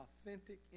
authentic